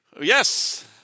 yes